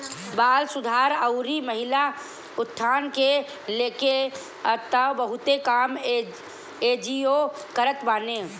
बाल सुधार अउरी महिला उत्थान के लेके तअ बहुते काम एन.जी.ओ करत बाने